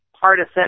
partisan